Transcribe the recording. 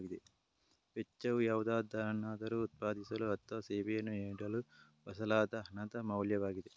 ವೆಚ್ಚವು ಯಾವುದನ್ನಾದರೂ ಉತ್ಪಾದಿಸಲು ಅಥವಾ ಸೇವೆಯನ್ನು ನೀಡಲು ಬಳಸಲಾದ ಹಣದ ಮೌಲ್ಯವಾಗಿದೆ